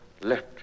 left